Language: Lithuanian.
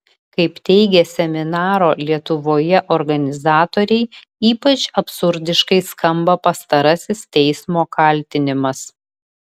kaip teigė seminaro lietuvoje organizatoriai ypač absurdiškai skamba pastarasis teismo kaltinimas